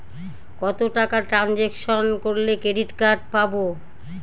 কত টাকা ট্রানজেকশন করলে ক্রেডিট কার্ড পাবো?